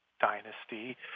Dynasty